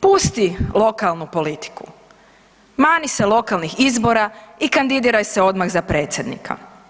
pusti lokalnu politiku, mani se lokalnih izbora i kandidiraj se odmah za predsjednika.